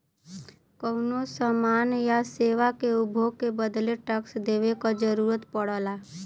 कउनो समान या सेवा के उपभोग के बदले टैक्स देवे क जरुरत पड़ला